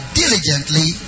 diligently